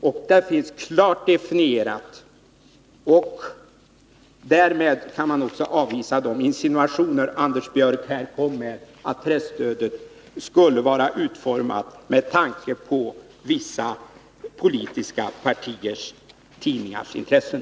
Detta finns klart definierat, och därmed kan man också avvisa de insinuationer Anders Björck kom med, nämligen att presstödet skulle vara utformat med tanke på vissa politiska partiers tidningars intressen.